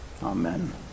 Amen